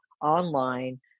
online